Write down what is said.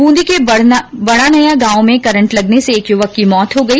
बूंदी के बडानया गांव में करंट लगने से एक युवक की मौत हो गई